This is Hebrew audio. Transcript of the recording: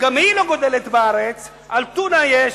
מה